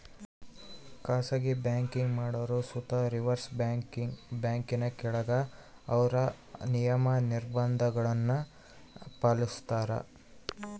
ಖಾಸಗಿ ಬ್ಯಾಂಕಿಂಗ್ ಮಾಡೋರು ಸುತ ರಿಸರ್ವ್ ಬ್ಯಾಂಕಿನ ಕೆಳಗ ಅವ್ರ ನಿಯಮ, ನಿರ್ಭಂಧಗುಳ್ನ ಪಾಲಿಸ್ತಾರ